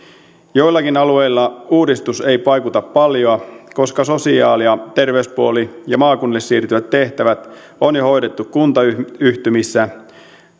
joillakin alueilla uudistus ei vaikuta paljoa koska sosiaali ja terveyspuoli ja maakunnille siirtyvät tehtävät on jo hoidettu kuntayhtymissä